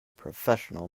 professional